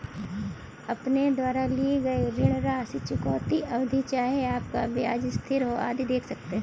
अपने द्वारा ली गई ऋण राशि, चुकौती अवधि, चाहे आपका ब्याज स्थिर हो, आदि देख सकते हैं